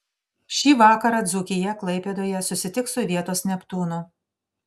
šį vakarą dzūkija klaipėdoje susitiks su vietos neptūnu